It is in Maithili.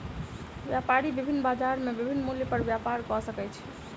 व्यापारी विभिन्न बजार में विभिन्न मूल्य पर व्यापार कय सकै छै